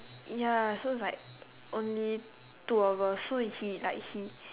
ya so it's like only two of us so he like he